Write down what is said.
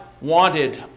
wanted